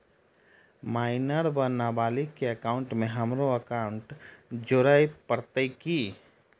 Minor वा नबालिग केँ एकाउंटमे हमरो एकाउन्ट जोड़य पड़त की?